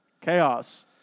Chaos